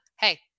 Hey